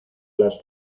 las